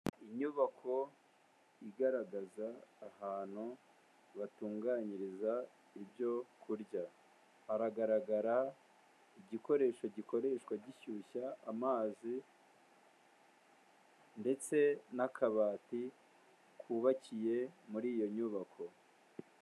Inyubako igaragaza ahantu batunganyiriza ibyo kurya hagaragara igikoresho gikoreshwa gishyushya amazi ndetse n'akabati kubakiye muri iyo nyubako.